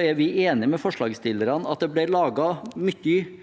er vi enig med forslagsstillerne i at det ble laget mye godt og